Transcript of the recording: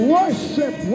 Worship